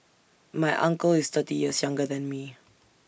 my uncle is thirty years younger than me